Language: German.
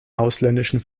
ausländischen